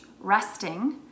resting